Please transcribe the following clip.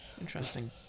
Interesting